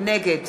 נגד